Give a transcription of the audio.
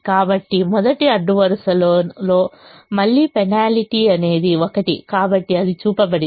కాబట్టి మొదటి అడ్డు వరుసలో మళ్ళీ పెనాల్టీ అనేది 1 కాబట్టి అది చూపబడింది